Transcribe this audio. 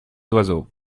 oiseaux